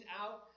out